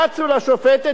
רצו לשופטת,